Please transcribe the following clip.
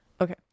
Okay